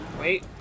Wait